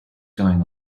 going